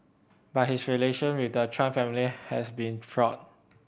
but his relation with the Trump family has been fraught